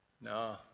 no